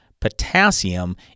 potassium